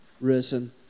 risen